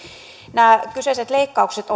nämä kyseiset leikkaukset